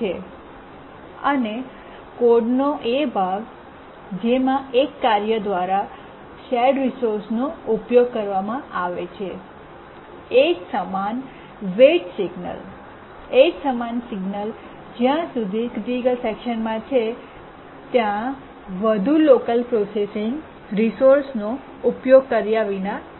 છે અને કોડ નો એ ભાગ જેમાં એક કાર્ય દ્વારા શેર રિસોર્સનો ઉપયોગ કરવામાં આવે છે એ જ સમાન વૈટ સિગ્નલ એ જ સમાન સિગ્નલ જ્યાં સુધી ક્રિટિકલ સેકશનમાં છે ત્યાં વધુ લોકલ પ્રોસેસીંગ રિસોર્સનો ઉપયોગ કર્યા વિના થાય છે